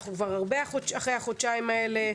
אנחנו כבר הרבה אחרי החודשיים האלה.